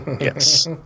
Yes